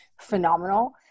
phenomenal